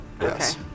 Yes